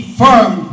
firm